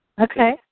Okay